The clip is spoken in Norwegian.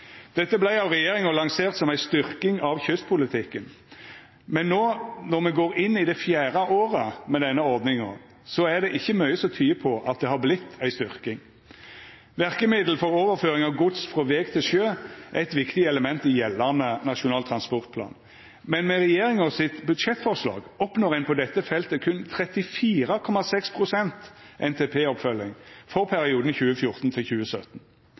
Dette vart av regjeringa lansert som ei styrking av kystpolitikken, men når me no går inn i det fjerde året med denne ordninga, er det ikkje mykje som tyder på at det har vorte ei styrking. Verkemiddel for overføring av gods frå veg til sjø er eit viktig element i gjeldande Nasjonal transportplan, men med budsjettforslaget frå regjeringa oppnår ein på dette feltet berre 34,6 pst. NTP-oppfylling for perioden 2014–2017. Rett nok innfører regjeringa frå 2017,